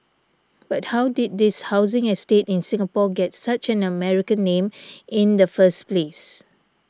but how did this housing estate in Singapore get such an American name in the first place